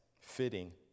fitting